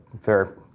fair